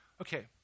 Okay